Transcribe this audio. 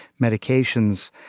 medications